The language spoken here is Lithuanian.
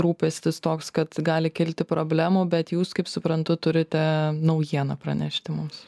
rūpestis toks kad gali kilti problemų bet jūs kaip suprantu turite naujieną pranešti mums